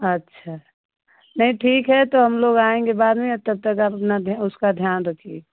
अच्छा नहीं ठीक है तो हम लोग आएंगे बाद में तब तक आप अपना ध्यान उसका ध्यान रखिए